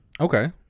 Okay